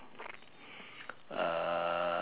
uh